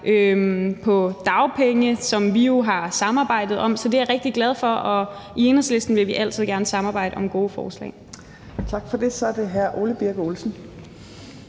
på dagpenge, som vi jo har samarbejdet om. Så det er jeg rigtig glad for, og i Enhedslisten vil vi altid gerne samarbejde om gode forslag. Kl. 15:48 Fjerde næstformand